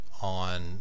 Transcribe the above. on